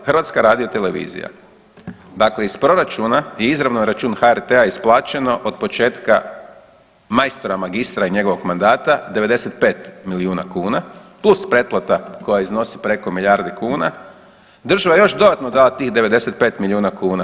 HRT, dakle iz proračuna je izravno na račun HRT-a isplaćeno od početka majstora magistra i njegovog mandata 95 milijuna kuna plus pretplata koja iznosi preko milijardu kuna, država još dodatno da tih 95 milijuna kuna.